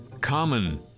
common